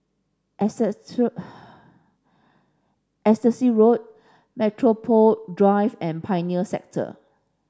Exeter Exeter Sea Road Metropole Drive and Pioneer Sector